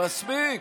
מספיק.